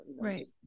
Right